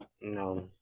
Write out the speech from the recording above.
No